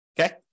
Okay